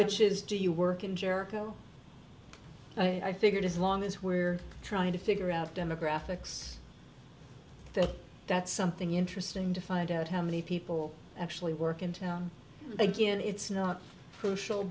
which is do you work in jericho but i figured as long as we're trying to figure out demographics that that's something interesting to find out how many people actually work and again it's not crucial